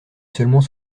seulement